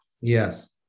Yes